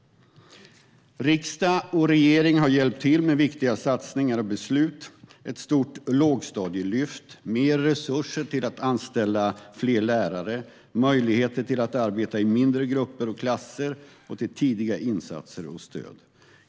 Riksdag och regering har hjälpt till med viktiga satsningar och beslut, som ett stort lågstadielyft och mer resurser till att anställa fler lärare, möjligheter att arbeta i mindre grupper och klasser samt tidiga insatser och stöd.